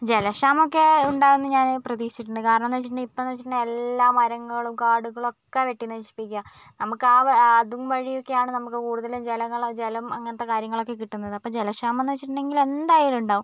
ജലക്ഷാമം ഒക്കേ ഉണ്ടാകുമെന്ന് ഞാൻ പ്രതീക്ഷിച്ചിട്ടുണ്ട് കാരണം എന്ന് വെച്ചിട്ടുണ്ടേ ഇപ്പം ഇന്ന് വെച്ചിട്ടുണ്ടേ എല്ലാ മരങ്ങളും കാടുകളും ഒക്കെ വെട്ടി നശിപ്പിക്കാ നമുക്ക് ആ അതും വഴിയൊക്കെയാണ് നമുക്ക് കൂടുതലും ജലങ്ങൾ ജലം അങ്ങനത്തെ കാര്യങ്ങൾ ഒക്കെ കിട്ടുന്നത് അപ്പം ജലക്ഷാമം എന്ന് വെച്ചിട്ടുണ്ടെങ്കിൽ എന്തായാലും ഉണ്ടാകും